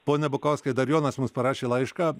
pone bukauskai dar jonas mums parašė laišką